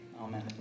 Amen